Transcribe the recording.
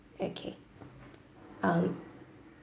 okay um